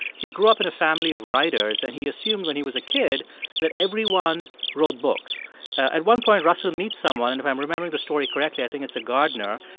he grew up in a family of writers, and he assumed when he was a kid that everyone wrote books at one point, russell meets someone. and if i'm remembering the story correctly, i think it's a gardener.